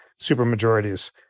supermajorities